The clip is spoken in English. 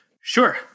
sure